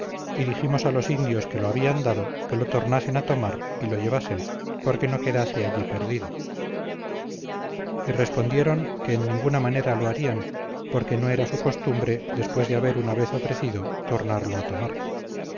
dijimos a los indios que lo habían dado que lo tornasen a tomar y lo llevasen porque no quedase allí perdido y respondieron que en ninguna manera lo harían porque no era su costumbre después de haber una vez ofrecido tornarlo a tomar